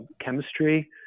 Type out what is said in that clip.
chemistry